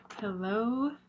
Hello